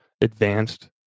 advanced